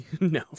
No